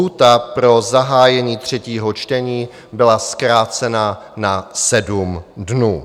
Lhůta pro zahájení třetího čtení byla zkrácena na sedm dnů.